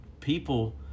people